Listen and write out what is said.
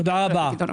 תודה רבה.